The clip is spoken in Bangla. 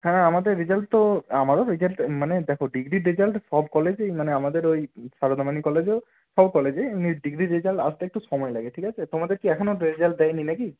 হ্যাঁ আমাদের রেজাল্ট তো আমারও রেজাল্ট মানে দেখো ডিগ্রীর রেজাল্ট সব কলেজেই মানে আমাদের ওই সারদামণি কলেজেও সব কলেজেই এমনি ডিগ্রীর রেজাল্ট আসতে একটু সময় লাগে ঠিক আছে তোমাদের কি এখনও রেজাল্ট দেয় নি না কি